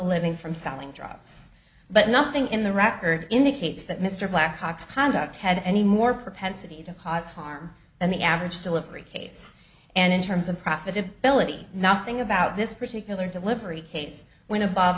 living from selling drugs but nothing in the record indicates that mr blackhawk's conduct had any more propensity to cause harm than the average delivery case and in terms of profitability nothing about this particular delivery case went above